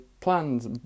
plans